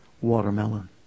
watermelon